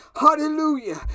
Hallelujah